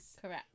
Correct